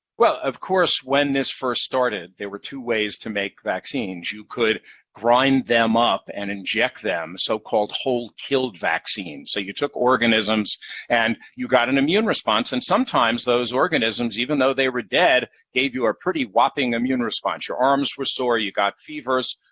well, of course, when this first started, there were two ways to make vaccines. you could grind them up and inject them, so-called whole killed vaccines. so you took organisms and you got an immune response, and sometimes those organisms, even though they were dead, gave you a pretty whopping immune response your arms were sore, you got fevers.